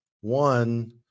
one